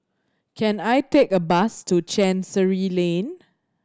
can I take a bus to Chancery Lane